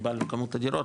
קיבלת כמות הדירות,